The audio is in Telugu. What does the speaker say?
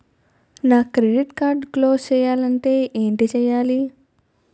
నా క్రెడిట్ కార్డ్ క్లోజ్ చేయాలంటే ఏంటి చేయాలి?